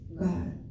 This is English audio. God